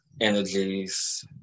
energies